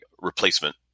replacement